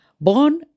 Born